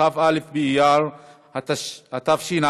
כ"א באייר התשע"ז,